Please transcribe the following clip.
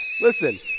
Listen